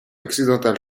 occidentale